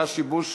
היה שיבוש.